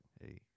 hey